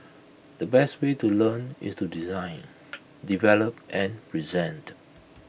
the best way to learn is to design develop and present